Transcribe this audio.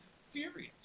furious